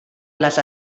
les